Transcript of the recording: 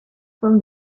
from